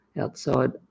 outside